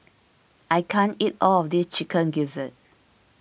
I can't eat all of this Chicken Gizzard